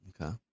Okay